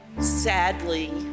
sadly